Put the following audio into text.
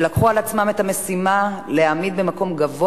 שלקחו על עצמם את המשימה להעמיד במקום גבוה